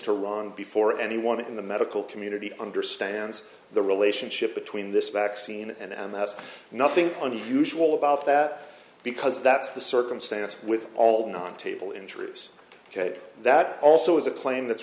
to run before anyone in the medical community understands the relationship between this vaccine and that's nothing unusual about that because that's the circumstance with all non table entries ok that also is a claim that's